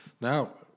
Now